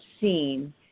seen